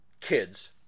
kids